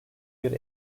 bir